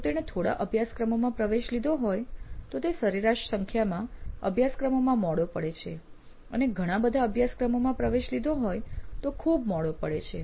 જો તેણે થોડા અભયાસક્રમોમાં પ્રવેશ લીધો હોય તો તે સરેરાશ સંખ્યામાં અભ્યાસક્રમોમાં મોડો પડે છે અને ઘણા બધા અભ્યાસક્રમોમાં પ્રવેશ લીધો હોય તો ખૂબ મોડો પડે છે